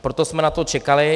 Proto jsme na to čekali.